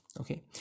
okay